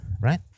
right